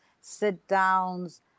sit-downs